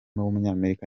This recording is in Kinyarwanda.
w’umunyamerika